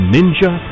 Ninja